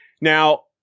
Now